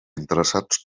interessats